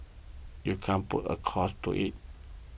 you can't put a cost to it